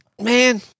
man